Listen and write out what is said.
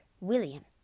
William